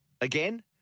Again